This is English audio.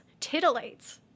titillates